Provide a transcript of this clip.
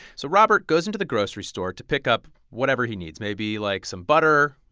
so robert goes into the grocery store to pick up whatever he needs, maybe like some butter,